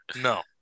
no